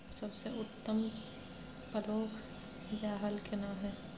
सबसे उत्तम पलौघ या हल केना हय?